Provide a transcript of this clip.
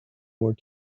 more